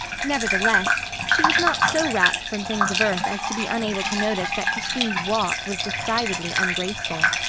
nevertheless, she was not so rapt from things of earth as to be unable to notice that christine's walk was decidedly ungraceful.